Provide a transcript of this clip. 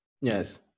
yes